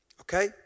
okay